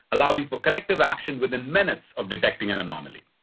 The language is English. allowing for corrective action within minutes of detecting an anomaly.